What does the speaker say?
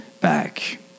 back